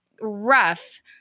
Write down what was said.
rough